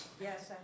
Yes